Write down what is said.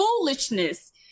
foolishness